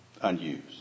Unused